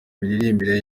miririmbire